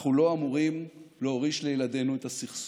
אנחנו לא אמורים להוריש לילדינו את הסכסוך.